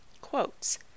quotes